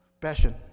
passion